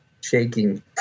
shaking